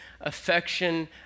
affection